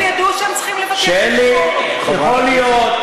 הם ידעו, שלי, יכול להיות.